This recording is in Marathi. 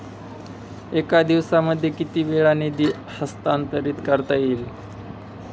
एका दिवसामध्ये किती वेळा निधी हस्तांतरीत करता येईल?